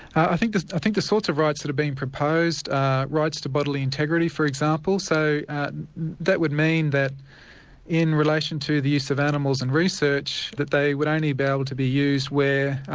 i think the think the sorts of rights that are being proposed are ah rights to bodily integrity, for example, so that would mean that in relation to the use of animals and research, that they would only be able to be used where,